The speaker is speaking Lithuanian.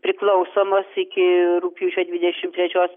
priklausomos iki rugpjūčio dvidešimt trečios